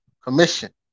commission